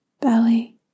belly